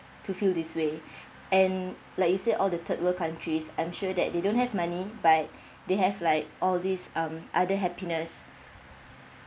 to feel this way and like you said all the third world countries I'm sure that they don't have money but they have like all these um other happiness